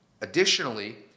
Additionally